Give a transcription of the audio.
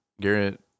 Garrett